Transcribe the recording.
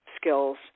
skills